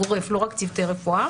באופן גורף ולא רק צוותי רפואה,